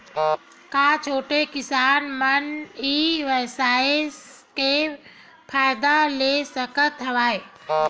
का छोटे किसान मन ई व्यवसाय के फ़ायदा ले सकत हवय?